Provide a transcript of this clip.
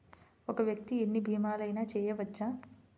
ఒక్క వ్యక్తి ఎన్ని భీమలయినా చేయవచ్చా?